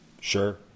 sure